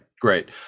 great